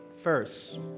first